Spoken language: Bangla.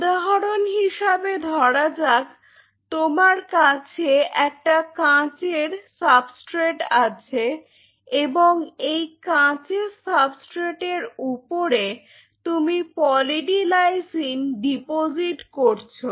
উদাহরণ হিসেবে ধরা যাক তোমার কাছে একটা কাঁচের সাবস্ট্রেট আছে এবং এই কাঁচের সাবস্ট্রেট এর উপরে তুমি পলি ডি লাইসিন ডিপোজিট করছো